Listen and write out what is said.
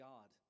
God